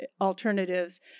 alternatives